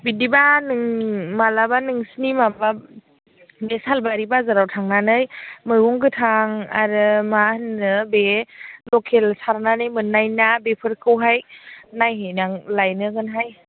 बिदिबा नों मालाबा नोंसिनि माबा बे सालबारि बाजाराव थांनानै मैगं गोथां आरो मा होनो बे लकेल सारनानै मोननाय ना बेफोरखौहाय नायहैनां लायनांगोनहाय